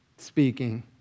speaking